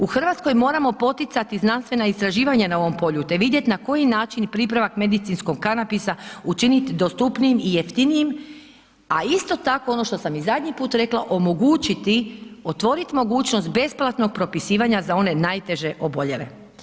U RH moramo poticati znanstvena istraživanja na ovom polju, te vidjet na koji način pripravak medicinskog kanabisa učinit dostupnijim i jeftinijim, a isto tako ono što sam zadnji put rekla, omogućiti, otvorit mogućnost besplatnog propisivanja za one najteže oboljele.